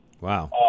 Wow